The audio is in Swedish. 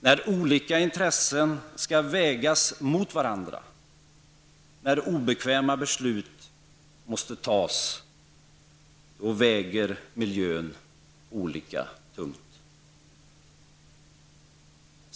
När olika intressen skall vägas mot varandra och när obekväma beslut skall tas väger miljön olika tungt.